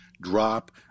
drop